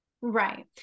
right